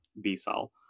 b-cell